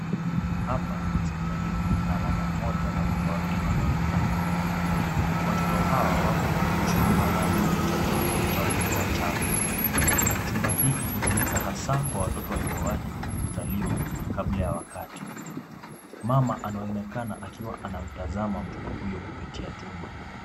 Hapa ni hospitalini na mama mmoja na watoto wawili wanaonekana. Watoto hawa wako kwenye chumba maalum cha joto cha watoto wachanga. Chumba hiki hutumika hasa kwa watoto waliowahi kuzaliwa kabla ya wakati. Mama anaonekana akiwa anamtazama mtoto huyo kupitia tundu.